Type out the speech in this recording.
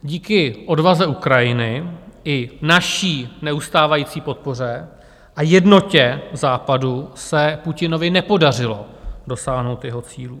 Díky odvaze Ukrajiny i naší neustávající podpoře a jednotě Západu se Putinovi nepodařilo dosáhnout jeho cílů.